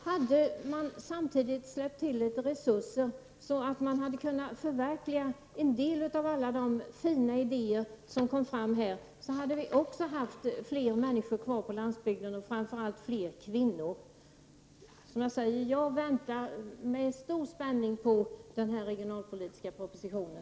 Hade man samtidigt släppt till litet resurser, så att en del av de fina idéer som kom fram där kunnat förverkligats hade vi också haft fler människor kvar på landsbygden och framför allt fler kvinnor. Som sagt: Jag väntar med stor spänning på den regionalpolitiska propositionen.